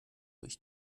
ich